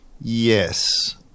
yes